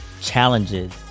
challenges